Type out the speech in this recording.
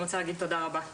אני רוצה להגיד תודה רבה,